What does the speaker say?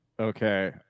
Okay